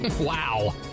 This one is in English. Wow